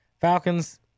Falcons